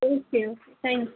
okay okay thanks